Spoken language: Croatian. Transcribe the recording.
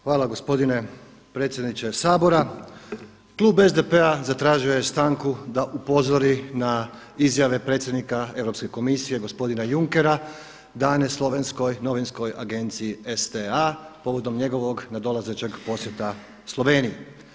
Hvala gospodine predsjedniče Sabora, klub SDP-a zatražio je stanku da upozori na izjave predsjednika Europske komisije gospodina Junckera dane slovenskoj novinskoj agenciji STA povodom njegovog nadolazećeg posjeta Sloveniji.